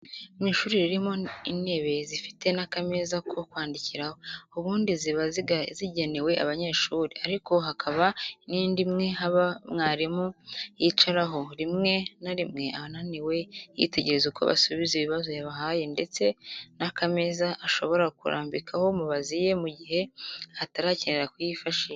Mu ishuri ririmo intebe zifite n'akameza ko kwandikiraho, ubundi ziba zaragenewe abanyeshuri, ariko hakaba n'indi imwe baha mwarimu, yicaraho rimwe na rimwe, ananiwe, yitegereza uko basubiza ibibazo yabahaye ndetse n'akameza ashobora kurambikaho nka mubazi ye mu gihe atarakenera kuyifashisha.